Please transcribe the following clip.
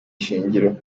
ishingiro